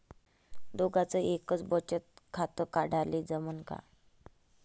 दोघाच एकच बचत खातं काढाले जमनं का?